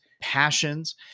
passions